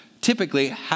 typically